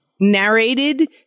Narrated